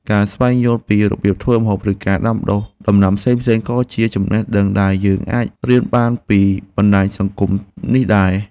ការស្វែងយល់ពីរបៀបធ្វើម្ហូប ឬការដាំដុះដំណាំផ្សេងៗក៏ជាចំណេះដឹងដែលយើងអាចរៀនបានពីបណ្តាញសង្គមនេះដែរ។